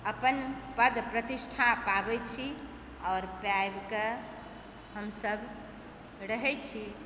अपन पद प्रतिष्ठा पाबैत छी आओर पाबिकऽ हमसब रहैत छी